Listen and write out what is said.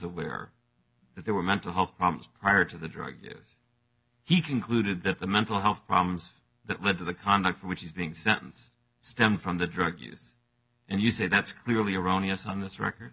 aware that there were mental health problems prior to the drug use he concluded that the mental health problems that led to the conduct for which he's being sentence stem from the drug use and you say that's clearly erroneous on this record